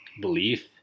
belief